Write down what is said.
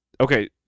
okay